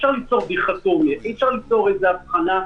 דוד האן, רצית להוסיף משהו?